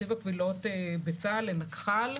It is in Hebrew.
הקבילות בצה"ל, לנקח"ל.